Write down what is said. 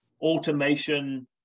automation